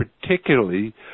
particularly